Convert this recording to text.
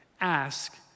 Ask